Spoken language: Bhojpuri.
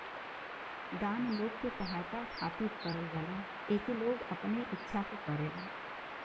दान लोग के सहायता खातिर करल जाला एके लोग अपने इच्छा से करेलन